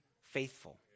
faithful